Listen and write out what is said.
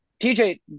TJ